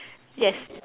yes